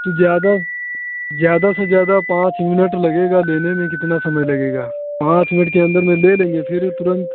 तो ज़्यादा ज़्यादा से ज़्यादा पाँच मिनट लगेगा लेने में कितना समय लगेगा पाँच मिनट के अंदर में ले लेंगे फिर तुरंत